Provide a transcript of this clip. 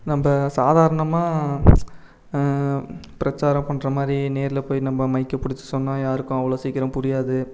நம்ம சாதாரணமாக பிரச்சாரம் பண்றமாதிரி நேரில் போய் நம்ம மைக்கை பிடிச்சி சொன்னால் யாருக்கும் அவ்வளோ சீக்கிரம் புரியாது